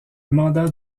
mandat